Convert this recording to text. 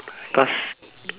pasr